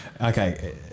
Okay